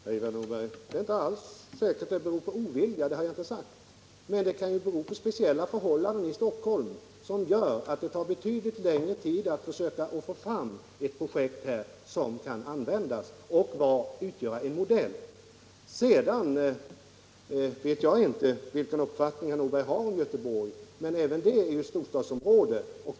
Herr talman! Det är inte alls säkert, Ivar Nordberg, att det beror på ovilja — det har jag inte sagt. Men det kan ju bero på speciella förhållanden i Stockholm som gör att det tar betydligt längre tid att försöka få fram ett projekt här som kan genomföras och utgöra en modell. Jag vet inte vilken uppfattning herr Nordberg har om Göteborg, men även det är ju ett storstadsområde.